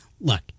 Look